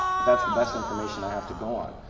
but that's the best information i have to go on.